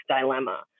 dilemma